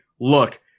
look